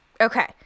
Okay